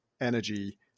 energy